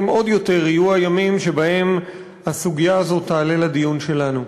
עוד יותר יהיו הימים שבהם הסוגיה הזאת תעלה לדיון שלנו.